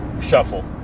shuffle